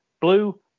Blue